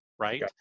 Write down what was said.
right